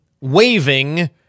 waving